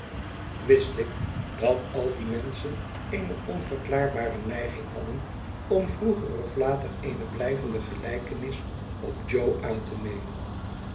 wist groote verwachtingen ik dat al die menschen eene onverklaarbare neiging hadden om vroeger of later eene blijvende gelijkenis op jo aan te nemen